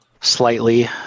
slightly